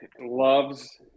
loves